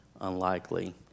unlikely